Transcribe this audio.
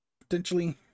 Potentially